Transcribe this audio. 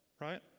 right